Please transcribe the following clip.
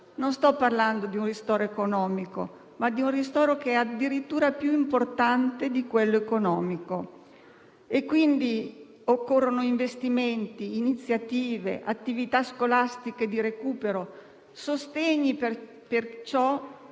Non sto parlando di un ristoro economico, ma di uno che è addirittura più importante. Occorrono quindi investimenti, iniziative, attività scolastiche di recupero, sostegni per ciò